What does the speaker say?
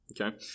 Okay